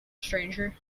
stranger